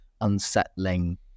unsettling